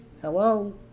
Hello